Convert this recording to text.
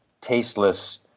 tasteless